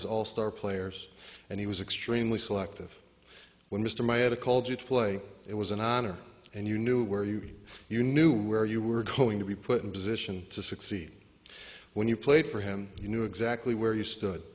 his all star players and he was extremely selective when mr my at a called you to play it was an honor and you knew where you you knew where you were going to be put in position to succeed when you played for him you knew exactly where you stood